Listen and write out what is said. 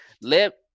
Let